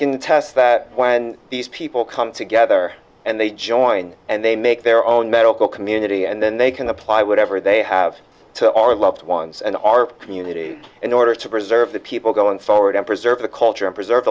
can test that when these people come together and they join and they make their own medical community and then they can apply whatever they have to our loved ones and our community in order to preserve the people going forward and preserve the culture and preserve